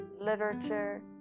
literature